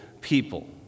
people